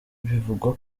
bivugwa